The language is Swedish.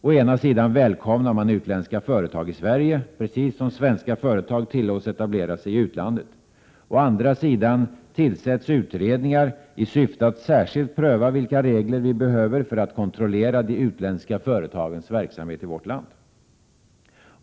Å ena sidan välkomnar man utländska företag i Sverige, precis som svenska företag tillåts etablera sig i utlandet. Å andra sidan tillsätts utredningar i syfte att särskilt pröva vilka regler vi behöver för att kontrollera de utländska företagens verksamhet i vårt land.